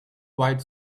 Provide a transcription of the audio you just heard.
white